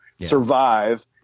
survive